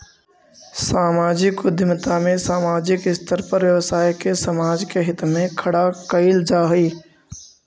सामाजिक उद्यमिता में सामाजिक स्तर पर व्यवसाय के समाज के हित में खड़ा कईल जा हई